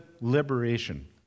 liberation